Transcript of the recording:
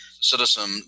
citizen